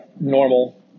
normal